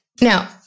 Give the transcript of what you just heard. Now